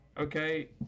okay